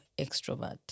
extrovert